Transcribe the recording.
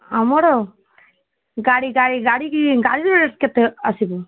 ଆମର ଗାଡ଼ି ଗାଡ଼ି ଗାଡ଼ିକି ଗାଡ଼ିରେ କେତେ ଆସିବ